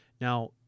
Now